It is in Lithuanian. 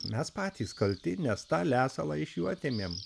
mes patys kalti nes tą lesalą iš jų atėmėm